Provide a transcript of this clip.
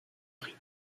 prit